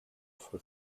for